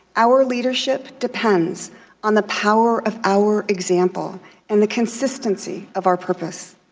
our leadership depends on the power of our example and the consistency of our purpose.